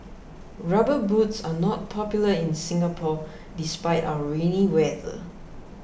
rubber boots are not popular in Singapore despite our rainy weather